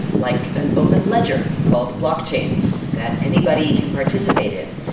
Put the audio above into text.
like an open ledger called the blockchain that anybody can participate in,